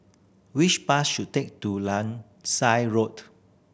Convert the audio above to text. which bus should take to Langsat Road